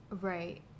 right